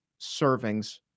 servings